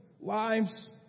lives